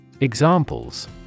Examples